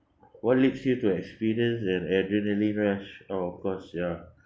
what leads you to experience an adrenaline rush of course ya